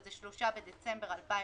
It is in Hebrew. שהוא 3 בדצמבר 2020,